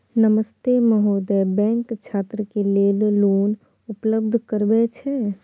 नमस्ते महोदय, बैंक छात्र के लेल लोन उपलब्ध करबे छै?